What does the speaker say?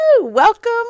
Welcome